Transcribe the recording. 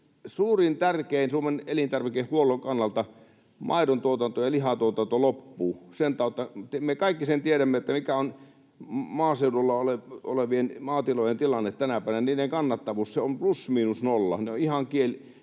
suurin, tärkein Suomen elintarvikehuollon kannalta... Maidontuotanto ja lihatuotanto loppuu sen tautta. Me kaikki sen tiedämme, mikä on maaseudulla olevien maatilojen tilanne tänä päivänä. Niiden kannattavuus on plus miinus nolla, 2—3 tilaa per